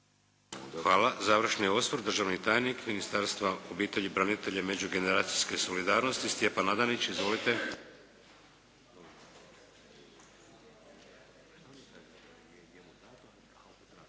Hvala. Završni osvrt državni tajnik Ministarstva obitelji, branitelja i međugeneracijske solidarnosti Stjepan Adanić. Izvolite.